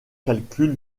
calcule